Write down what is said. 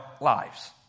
lives